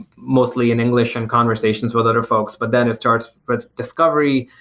mostly in english in conversations with other folks but then it starts with discovery,